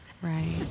Right